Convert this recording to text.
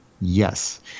Yes